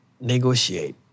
negotiate